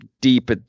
deep